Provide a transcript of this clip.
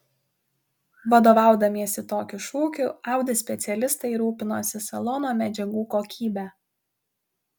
vadovaudamiesi tokiu šūkiu audi specialistai rūpinosi salono medžiagų kokybe